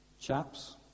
Chaps